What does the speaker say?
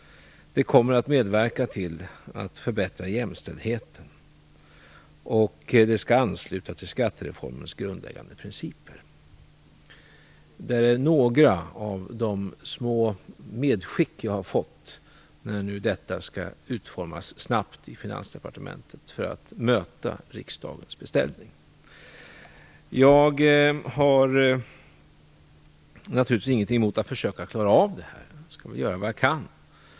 Det kommer att medverka till att förbättra jämställdheten. Det skall också ansluta till skattereformens grundläggande principer. Det här är några av de små "medskick" jag har fått inför att detta förslag nu skall utformas snabbt i Finansdepartementet för att möta riksdagens beställning. Jag har naturligtvis inget emot att försöka klara av det här. Jag skall göra vad jag kan.